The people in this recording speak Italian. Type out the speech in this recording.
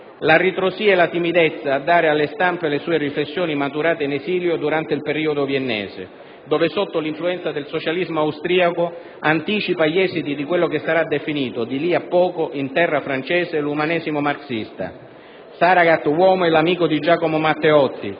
la ritrosia e la timidezza a dare alle stampe le sue riflessioni maturate in esilio durante il periodo viennese, dove sotto l'influenza del socialismo austriaco anticipa gli esiti di quello che sarà definito, di lì a poco, in terra francese, 1'umanesimo marxista. Saragat uomo è l'amico di Giacomo Matteotti,